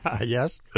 Yes